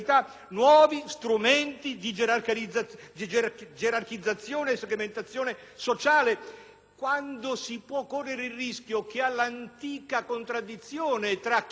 strumenti di gerarchizzazione e segmentazione sociale. Quando si corre il rischio che all'antica contraddizione tra chi ha e chi non ha